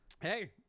Hey